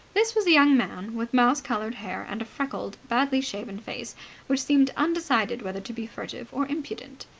this was a young man with mouse-coloured hair and a freckled, badly-shaven face which seemed undecided whether to be furtive or impudent.